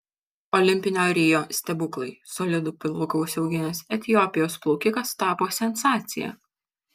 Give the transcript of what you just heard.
olimpinio rio stebuklai solidų pilvuką užsiauginęs etiopijos plaukikas tapo sensacija